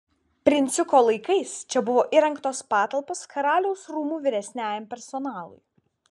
princiuko laikais čia buvo įrengtos patalpos karaliaus rūmų vyresniajam personalui